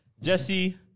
Jesse